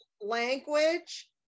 language